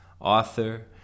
author